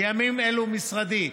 בימים אלו משרדי,